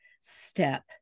step